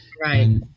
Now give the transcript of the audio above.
Right